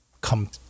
come